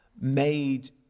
made